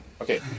Okay